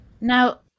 Now